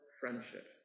friendship